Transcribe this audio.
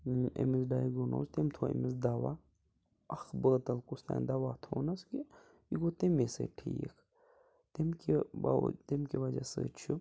أمِس ڈایگٕنوٗز تٔمۍ تھوٚو أمِس دَوا اکھ بٲتل کُس تانۍ دَوا تھوٚونَس کہِ یہِ گوٚو تٔمے سۭتۍ ٹھیٖک تَمہِ کہِ باو تَمہِ کہِ وجہ سۭتۍ چھُ